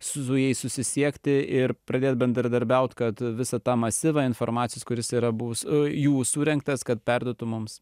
su su jais susisiekti ir pradėti bendradarbiauti kad visą tą masyvą informacijos kuris yra bus jų surinktas kad perduotų mums